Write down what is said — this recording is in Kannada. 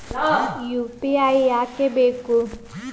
ಯು.ಪಿ.ಐ ಯಾಕ್ ಬೇಕು?